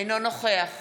אינו נוכח